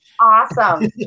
Awesome